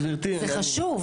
גברתי --- זה חשוב.